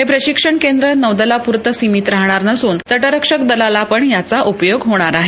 हे प्रशिक्षण केंद्र नौदलापूरतं सिमीत राहणार नसून त उक्षक दलाला पण याचा उपयोग होणार आहे